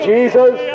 Jesus